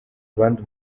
abandi